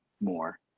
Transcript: more